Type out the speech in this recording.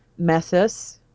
methus